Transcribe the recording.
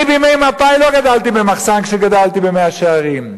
בימי מפא"י לא גדלתי במחסן כשגדלתי במאה-שערים,